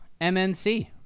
MNC